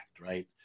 right